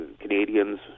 Canadians